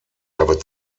habe